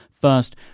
first